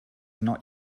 not